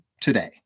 today